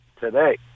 today